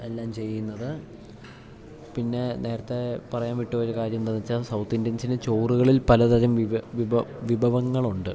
എല്ലാം ചെയ്യുന്നത് പിന്നേ നേരത്തേ പറയാൻ വിട്ട്പോയൊര് കാര്യം എന്താന്ന് വെച്ചാൽ സൗത്ത് ഇന്ത്യൻസിന് ചോറുകളിൽ പലതരം വിഭ വിഭവങ്ങളുണ്ട്